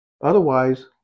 Otherwise